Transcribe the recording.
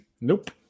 Nope